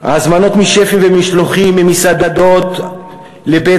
ההזמנות משפים ומשלוחים ממסעדות לבית